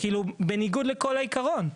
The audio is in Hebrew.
בניגוד לכל העיקרון.